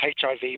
HIV